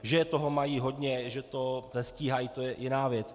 Že toho mají hodně, že to nestíhají, to je jiná věc.